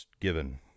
given